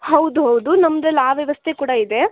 ಹೌದು ಹೌದು ನಮ್ದ್ರಲ್ಲಿ ಆ ವ್ಯವಸ್ಥೆ ಕೂಡ ಇದೆ